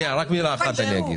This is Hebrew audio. רק מילה אחת אני אומר.